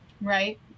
Right